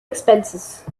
expenses